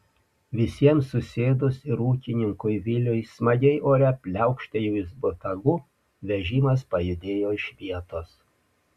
visiems susėdus ir ūkininkui viliui smagiai ore pliaukštelėjus botagu vežimas pajudėjo iš vietos